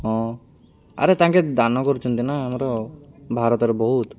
ହଁ ଆରେ ତାଙ୍କେ ଦାନ କରୁଛନ୍ତି ନା ଆମର ଭାରତରେ ବହୁତ